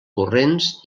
corrents